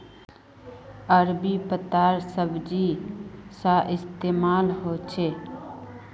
अरबी पत्तार सब्जी सा इस्तेमाल होछे